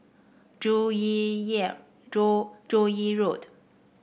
Joo Yee Joo Joo Yee Road